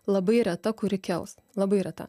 labai reta kuri kels labai reta